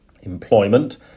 Employment